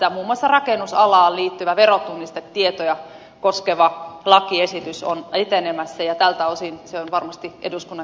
muun muassa rakennusalaan liittyvä verotunnistetietoja koskeva lakiesitys on etenemässä ja tältä osin se varmasti eduskunnan